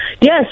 Yes